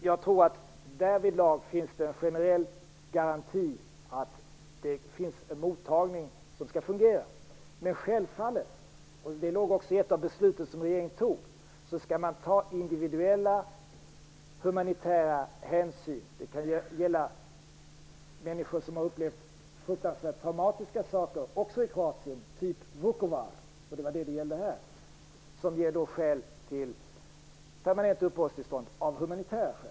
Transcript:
Jag tror att det därvidlag finns en generell garanti för att det finns en mottagning som fungerar. Men självfallet - och det låg också i ett av de beslut som regeringen fattade - skall man ta individuella humanitära hänsyn. Det kan gälla människor som har upplevt fruktansvärt traumatiska saker, också i Kroatien - t.ex. Vukovar, som det gällde här - som ger skäl till permanent uppehållstillstånd av humanitära skäl.